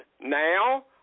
now